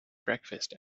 breakfast